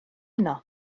yno